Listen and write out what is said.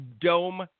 Dome